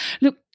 Look